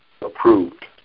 approved